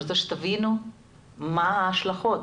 אני רוצה שתבינו מה ההשלכות.